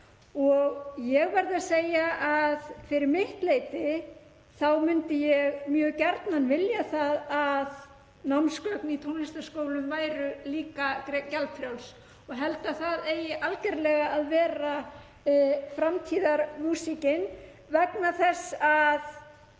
Ég verð að segja að fyrir mitt leyti myndi ég mjög gjarnan vilja að námsgögn í tónlistarskólum væru líka gjaldfrjáls og held að það eigi algjörlega að vera framtíðarmúsíkin vegna þess að